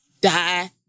Die